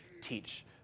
teach